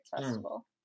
Festival